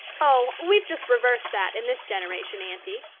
oh, we've just reversed that in this generation, aunty.